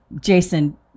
Jason